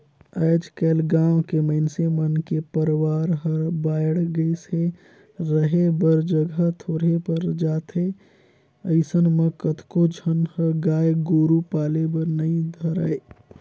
आयज कायल गाँव के मइनसे मन के परवार हर बायढ़ गईस हे, रहें बर जघा थोरहें पर जाथे अइसन म कतको झन ह गाय गोरु पाले बर नइ धरय